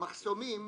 מחסומים